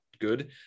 good